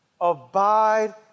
Abide